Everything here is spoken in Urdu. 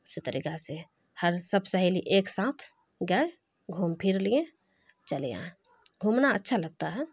اسی طریقہ سے ہر سب سہیلی ایک ساتھ گئے گھوم پھر لیے چلے آئیں گھومنا اچھا لگتا ہے